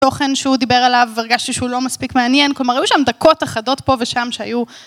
תוכן שהוא דיבר עליו והרגשתי שהוא לא מספיק מעניין, כלומר, היו שם דקות אחדות פה ושם שהיו...